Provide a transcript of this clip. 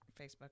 Facebook